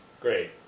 Great